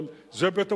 אבל זה בית-המחוקקים,